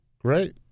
Great